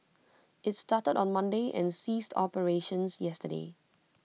IT started on Monday and ceased operations yesterday